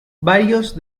varios